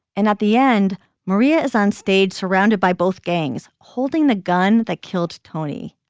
and at the end maria is onstage surrounded by both gangs holding the gun that killed tony.